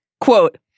Quote